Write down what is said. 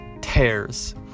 tears